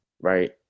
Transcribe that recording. Right